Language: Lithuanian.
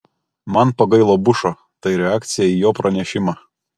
man pagailo bušo tai reakcija į jo pranešimą